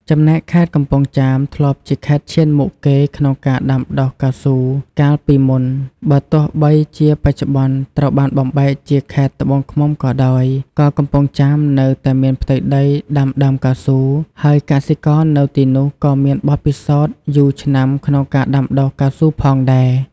ចំណែកខេត្តកំពង់ចាមធ្លាប់ជាខេត្តឈានមុខគេក្នុងការដាំដុះកៅស៊ូកាលពីមុន បើទោះបីជាបច្ចុប្បន្នត្រូវបានបំបែកជាខេត្តត្បូងឃ្មុំក៏ដោយ ក៏កំពង់ចាមនៅតែមានផ្ទៃដីដាំដើមកៅស៊ូ ហើយកសិករនៅទីនោះក៏មានបទពិសោធន៍យូរឆ្នាំក្នុងការដាំដុះកៅស៊ូផងដែរ។